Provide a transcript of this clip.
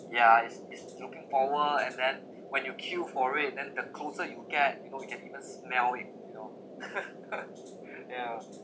yeah it is looking forward and then when you queue for it then the closer you get you know you can even smell it you know yeah